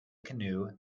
canoe